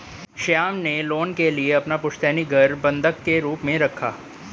श्याम ने लोन के लिए अपना पुश्तैनी घर बंधक के रूप में रखा